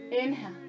Inhale